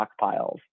stockpiles